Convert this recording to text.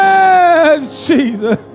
Jesus